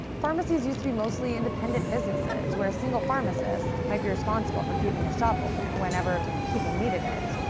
pharmacies used to be mostly independent businesses where a single pharmacist might be responsible for keeping his shop open whenever people needed it.